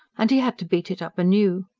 and he had to beat it up anew.